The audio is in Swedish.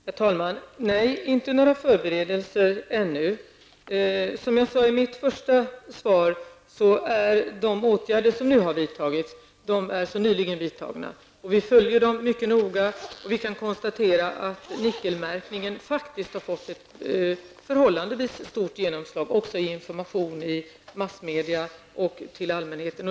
Herr talman! Nej, det görs inga förberedelser ännu. Som jag sade i mitt svar är åtgärder nyligen vidtagna. Vi följer dem mycket noga, och vi kan konstatera att nickelmärkningen faktiskt har fått ett förhållandevis stort genomslag, bl.a. genom information i massmedia till allmänheten.